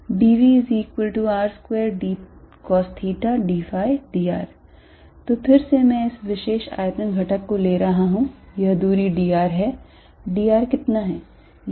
dVR2dcosθdϕdr तो फिर से मैं इस विशेष आयतन घटक को ले रहा हूं यह दूरी d r है d r कितना है